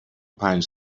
پنج